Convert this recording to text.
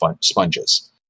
sponges